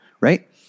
right